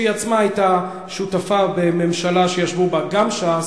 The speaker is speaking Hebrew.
שהיא עצמה היתה שותפה בממשלה שישבו בה גם ש"ס,